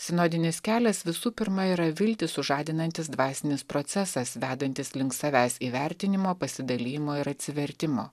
sinodinis kelias visų pirma yra viltį sužadinantis dvasinis procesas vedantis link savęs įvertinimo pasidalijimo ir atsivertimo